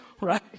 right